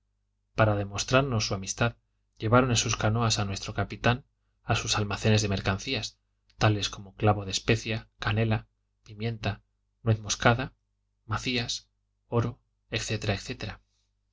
para demostrarnos su amistad llevaron en sus canoas a nuestro capitán a sus almacenes de mercancías tales como clavo de especia canela pimienta nuez moscada macías oro